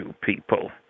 people